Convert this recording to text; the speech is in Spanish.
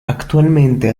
actualmente